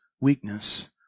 weakness